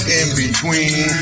in-between